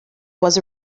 was